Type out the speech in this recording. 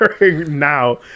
now